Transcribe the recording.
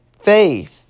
Faith